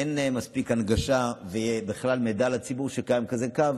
אין מספיק הנגשה ומידע לציבור בכלל שקיים כזה קו,